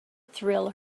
thrill